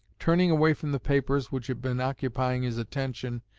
turning away from the papers which had been occupying his attention,